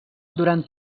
durant